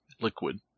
liquid